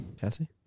Cassie